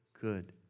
good